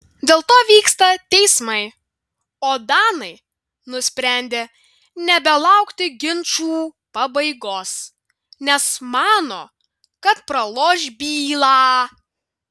dėl to vyksta teismai o danai nusprendė nebelaukti ginčų pabaigos nes mano kad praloš bylą